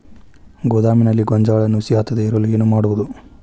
ಗೋದಾಮಿನಲ್ಲಿ ಗೋಂಜಾಳ ನುಸಿ ಹತ್ತದೇ ಇರಲು ಏನು ಮಾಡುವುದು?